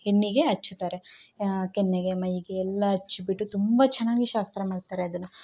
ಹೆಣ್ಣಿಗೆ ಹಚ್ತಾರೆ ಕೆನ್ನೆಗೆ ಮೈಗೆ ಎಲ್ಲ ಹಚ್ಬಿಟ್ಟು ತುಂಬ ಚೆನ್ನಾಗಿ ಶಾಸ್ತ್ರ ಮಾಡ್ತಾರೆ ಅದನ್ನು